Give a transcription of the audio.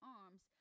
arms